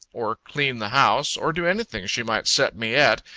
or clean the house, or do anything she might set me at,